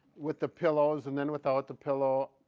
with the pillows, and then without the pillow,